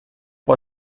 può